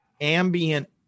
ambient